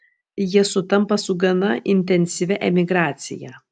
jie sutampa su gana intensyvia emigracija